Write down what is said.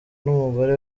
n’umugore